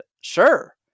sure